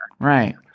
Right